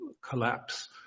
collapse